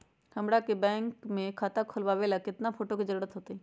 हमरा के बैंक में खाता खोलबाबे ला केतना फोटो के जरूरत होतई?